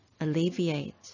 alleviate